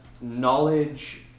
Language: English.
knowledge